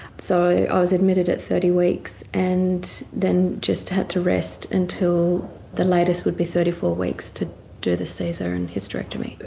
so i was admitted at thirty weeks and then just had to rest until the latest would be thirty four weeks to do the caesar and hysterectomy.